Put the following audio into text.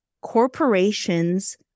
corporations